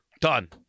done